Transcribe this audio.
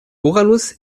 uranus